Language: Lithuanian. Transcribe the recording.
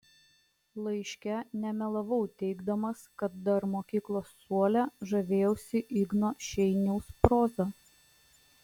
laiške nemelavau teigdamas kad dar mokyklos suole žavėjausi igno šeiniaus proza